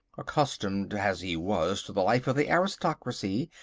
accustomed as he was to the life of the aristocracy,